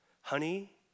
Honey